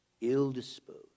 Ill-disposed